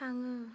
थाङो